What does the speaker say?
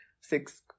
six